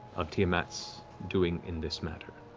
of tiamat's doing in this matter.